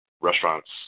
restaurants